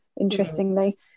interestingly